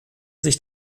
sich